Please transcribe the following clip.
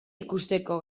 ikusteko